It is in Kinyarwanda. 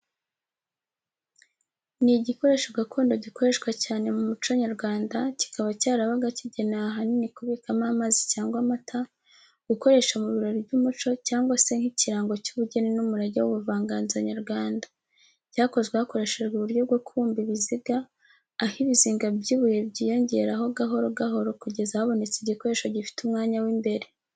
Ni igikoresho gakondo gikoreshwa cyane mu muco nyarwanda, kikaba cyarabaga kigenewe ahanini, kubikamo amazi cyangwa amata, gukoresha mu birori by’umuco cyangwa se nk’ikirango cy’ubugeni n’umurage w’ubuvanganzo nyarwanda. Cyakozwe hakoreshejwe uburyo bwo kubumba ibiziga, aho ibizinga by’ibuye byiyongeraho gahoro gahoro kugeza habonetse igikoresho gifite umwanya w’imbere.